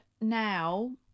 now